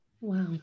Wow